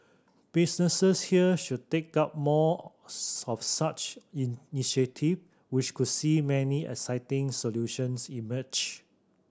businesses here should take up more of such in initiative which could see many exciting solutions emerge